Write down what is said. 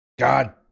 God